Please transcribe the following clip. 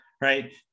right